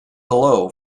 below